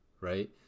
Right